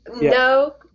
No